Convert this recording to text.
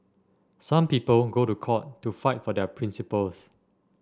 some people go to court to fight for their principles